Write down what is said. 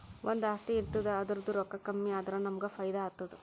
ಒಂದು ಆಸ್ತಿ ಇರ್ತುದ್ ಅದುರ್ದೂ ರೊಕ್ಕಾ ಕಮ್ಮಿ ಆದುರ ನಮ್ಮೂಗ್ ಫೈದಾ ಆತ್ತುದ